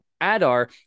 Adar